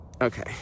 okay